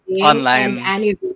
online